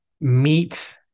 meet